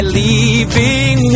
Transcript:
leaving